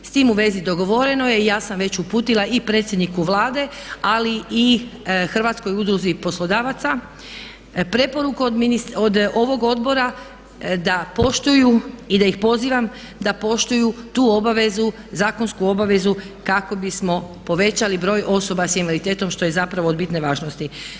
S tim u vezi dogovoreno je i ja sam već uputila i predsjedniku Vlade, ali i Hrvatskoj udruzi poslodavaca preporuku od ovog Odbora da poštuju i da ih pozivam da poštuju tu obavezu, zakonsku obavezu kako bismo povećali broj osoba sa invaliditetom što je zapravo od bitne važnosti.